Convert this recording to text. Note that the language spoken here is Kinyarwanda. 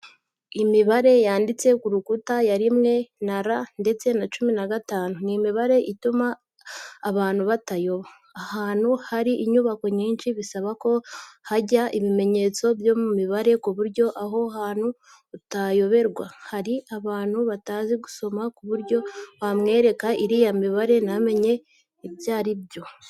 Imibare yanditse ku rukuta ya rimwe na R ndetse na cumi na gatatu, ni imibare ituma abantu batayoba. Ahantu hari inyubako nyinshi bisaba ko hajya ibimenyetso byo mu mibare ku buryo aho hantu utahayoberwa. Hari abantu batazi gusoma ku buryo wanamwereka iriya mibare ntamenye ibyo ari byo.